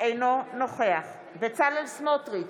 אינו נוכח בצלאל סמוטריץ'